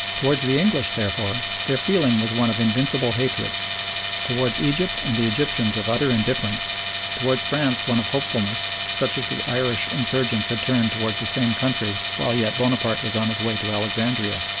towards the english, therefore, their feeling was one of invincible hatred towards egypt and the egyptians of utter indifference towards france one of hopefulness, such as the irish insurgents had turned towards the same country while yet bonaparte was on his way to alexandria.